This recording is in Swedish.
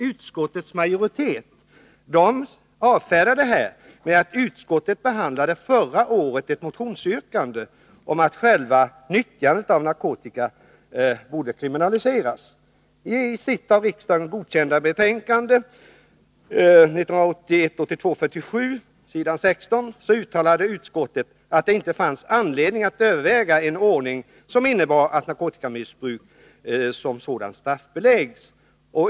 Utskottsmajoriteten avfärdar nämligen våra motionsyrkanden med att utskottet förra året behandlade ett motionsyrkande om att själva nyttjandet av narkotika borde kriminaliseras och uttalar: ”I sitt av riksdagen godkända betänkande uttalade utskottet att det inte fanns anledning att överväga en ordning som innebär att narkotikamissbruk som sådant straffbeläggs.